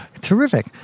Terrific